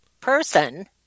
person